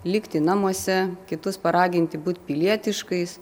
likti namuose kitus paraginti būt pilietiškais